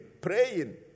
praying